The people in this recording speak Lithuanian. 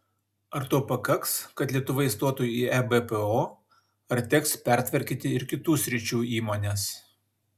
ar to pakaks kad lietuva įstotų į ebpo ar teks pertvarkyti ir kitų sričių įmones